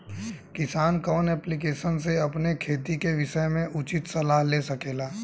किसान कवन ऐप्लिकेशन से अपने खेती के विषय मे उचित सलाह ले सकेला?